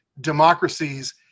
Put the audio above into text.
democracies